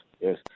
yes